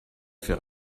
faire